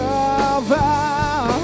over